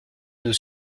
nous